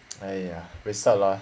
!aiya! wasted lah